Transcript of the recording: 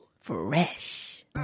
Fresh